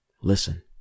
listen